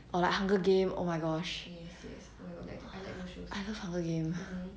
or like hunger game oh my gosh I love hunger game